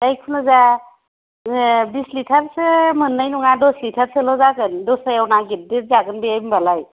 जायखुनोजा बिस लिथारसो मोन्नाय नङा दस लिथारसोल' जागोन दस्रायाव नागेरदेरजागोन बे होनबालाय